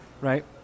right